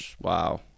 Wow